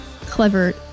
clever